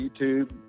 youtube